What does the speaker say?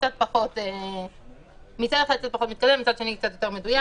מצד אחד קצת פחות מתקדם, מצד שני קצת יותר מדויק.